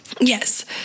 Yes